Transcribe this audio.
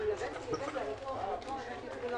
אמרתי שהשמיטה